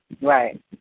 Right